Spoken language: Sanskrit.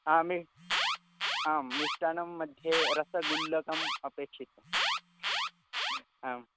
आम् आं मिष्टान्नस्य मध्ये रसगुल्लकम् अपेक्षितम् आम्